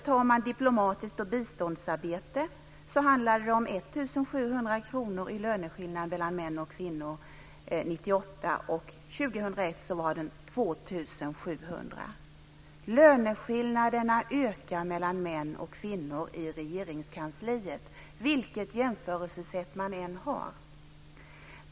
För diplomatiskt arbete och biståndsarbete handlade det om 1 700 kr i löneskillnad mellan män och kvinnor 1998 och 2001 var den 2 700 kr. Löneskillnaden ökar mellan män och kvinnor i Regeringskansliet vilket jämförelsesätt man än har.